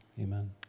amen